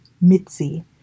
Mitzi